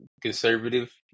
conservative